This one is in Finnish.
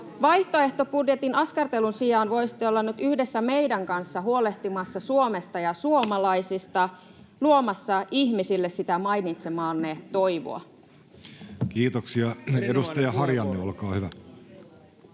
Vaihtoehtobudjetin askartelun sijaan voisitte olla nyt yhdessä meidän kanssamme huolehtimassa Suomesta ja suomalaisista, luomassa ihmisille sitä mainitsemaanne toivoa. Kiitoksia. — Edustaja Harjanne, olkaa hyvä.